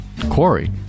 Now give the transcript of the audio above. quarry